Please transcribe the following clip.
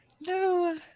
No